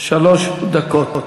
שלוש דקות.